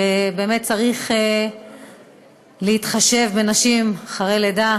כי צריך להתחשב בנשים אחרי לידה.